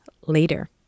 later